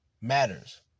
matters